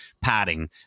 padding